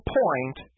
point